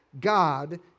God